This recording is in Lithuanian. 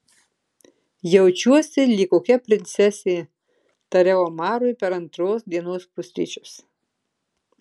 jaučiuosi lyg kokia princesė tariau omarui per antros dienos pusryčius